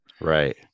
right